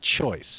choice